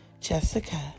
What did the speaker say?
Jessica